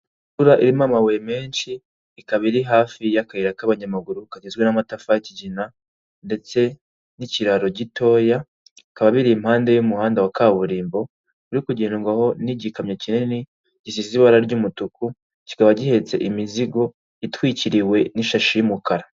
Imvura irimo amabuye menshi ikaba iri hafi y'akayira k'abanyamaguru kagizwe n'amatafari y'ikigina ndetse n'ikiraro gitoya, bikaba biri impande y'umuhanda wa kaburimbo uri kugendwaho n'igikamyo kinini gisize ibara ry'umutuku, kikaba gihetse imizigo itwikiriwe n'ishashi y'umukara.